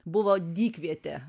buvo dykvietė